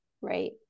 Right